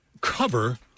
cover